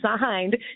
signed